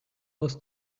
was